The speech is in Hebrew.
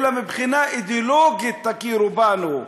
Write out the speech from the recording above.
אלא מבחינה אידיאולוגית תכירו בנו.